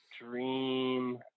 dream